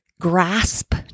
grasp